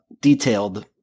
detailed